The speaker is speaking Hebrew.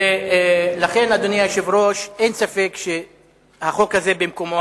לכן, אדוני היושב-ראש, אין ספק שהחוק הזה במקומו.